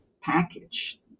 package